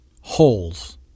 holes